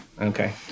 Okay